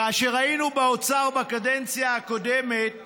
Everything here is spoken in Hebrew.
כאשר היינו באוצר בקדנציה הקודמת,